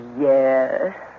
yes